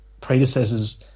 predecessors